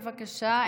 בבקשה,